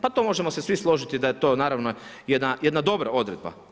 Pa to možemo se svi složiti da je to naravno jedna dobra odredba.